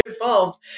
involved